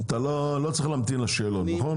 אתה לא צריך להמתין לשאלון, נכון?